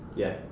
yeah,